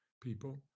people